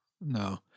no